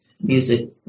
music